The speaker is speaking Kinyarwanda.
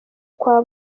kwa